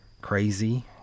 Crazy